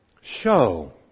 show